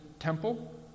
temple